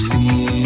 See